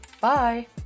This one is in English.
Bye